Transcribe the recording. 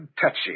touchy